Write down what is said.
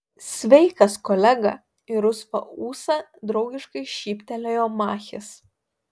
sveikas kolega į rusvą ūsą draugiškai šyptelėjo machis